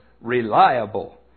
reliable